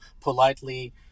politely